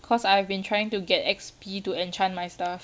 cause I've been trying to get X_P to enchant my stuff